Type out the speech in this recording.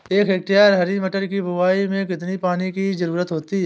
एक हेक्टेयर हरी मटर की बुवाई में कितनी पानी की ज़रुरत होती है?